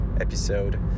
episode